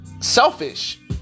selfish